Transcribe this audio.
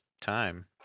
time